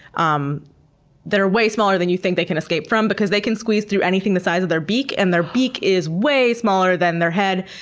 um that are way smaller than you think they can escape from because they can squeeze through anything the size of their beak, and their beak is way smaller than their head.